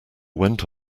went